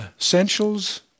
essentials